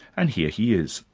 and here he is,